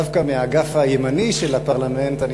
דווקא מהאגף הימני של הפרלמנט אני